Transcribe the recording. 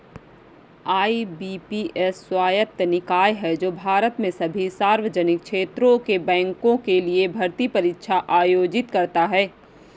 IBPS स्वायत्त निकाय है जो भारत में सभी सार्वजनिक क्षेत्र के बैंकों के लिए भर्ती परीक्षा आयोजित करता है